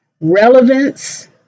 relevance